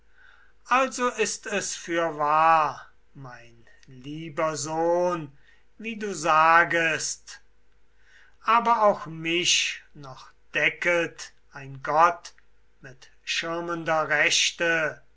also ist es fürwahr mein lieber sohn wie du sagest aber auch mich noch decket ein gott mit schirmender rechte